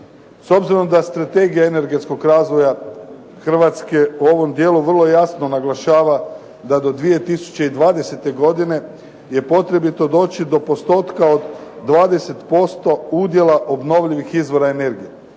S obzirom da strategija energetskog razvoja Hrvatske u ovom dijelu vrlo jasno naglašava da do 2020. godine je potrebito doći do postotka od 20% udjela obnovljivih izvora energije.